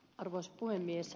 arvoisa puhemies